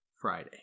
Friday